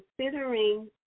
considering